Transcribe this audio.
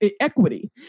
equity